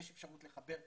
יש אפשרות לחבר,